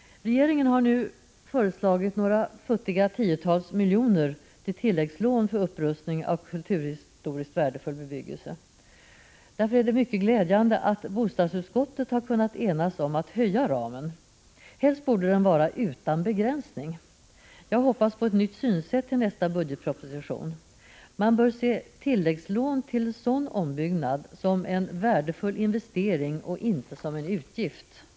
Regeringen har föreslagit några futtiga tiotal miljoner till tilläggslån för upprustning av kulturhistoriskt värdefull bebyggelse. Därför är det mycket glädjande att bostadsutskottet har kunnat enas om en höjning av ramen. Helst borde det inte finnas någon begränsning. Jag hoppas på ett nytt synsätt i nästa budgetproposition. Man bör se tilläggslån till sådan här ombyggnad som en värdefull investering och inte som en utgift.